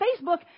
Facebook